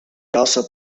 also